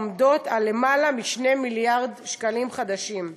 העומדות על למעלה מ-2 מיליארד שקלים חדשים.